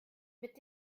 mit